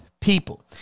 people